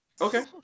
Okay